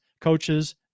coaches